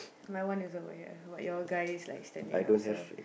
my one is aware but you're guys like standing up so